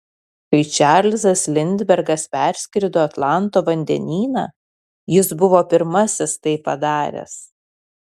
kai čarlzas lindbergas perskrido atlanto vandenyną jis buvo pirmasis tai padaręs